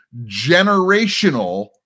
generational